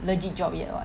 legit job yet [what]